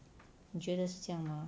你觉得是这样吗